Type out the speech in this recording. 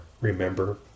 remember